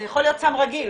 זה יכול להיות סם רגיל.